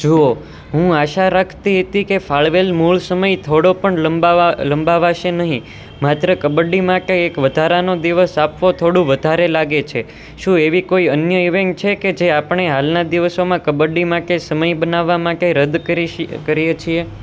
જુઓ હું આશા રાખતી હતી કે ફાળવેલ મૂળ સમય થોડો પણ લંબાવાશે નહીં માત્ર કબડ્ડી માટે એક વધારાનો દિવસ આપવો થોડું વધારે લાગે છે શું એવી કોઈ અન્ય ઇવેન્ટ્સ છે કે જે આપણે હાલના દિવસોમાં કબડ્ડી માટે સમય બનાવવા માટે રદ કરીએ છીએ